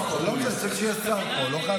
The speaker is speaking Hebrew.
השר אקוניס, לא?